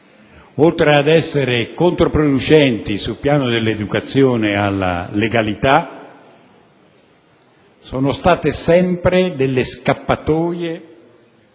oltre a essere controproducente sul piano dell'educazione alla legalità, è sempre una scappatoia